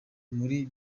buri